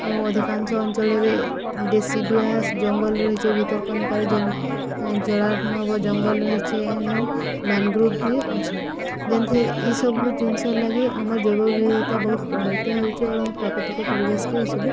ଅଧିକାଂଶ ଅଞ୍ଚଳରେ ଡେସି ଡୁଆସ ଜଙ୍ଗଲ ରହିଛେ ଭିତର କନିକାର ଜଳାନ ଜଙ୍ଗଲ ରହିଛେ ଏବଂ ମ୍ୟାନ୍ଗ୍ରୋଭ୍ବି ଅଛେ ଯେନ୍ଥି ଇସବୁ ଜିନିଷ ଲାଗି ଆମର ଜୈବବିଭିଧତା ବହୁତ ପ୍ରଭାବିତ ହଉଛେ ଏବଂ ପ୍ରାକୃତିକ ପରିବେଶକେ ଏଇସବୁ